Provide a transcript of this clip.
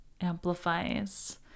amplifies